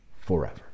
forever